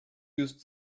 used